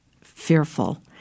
fearful